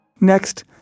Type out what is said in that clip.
Next